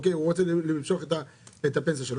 הוא רוצה למשוך את הפנסיה שלו,